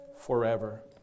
forever